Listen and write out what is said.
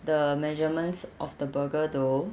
the measurements of the burger though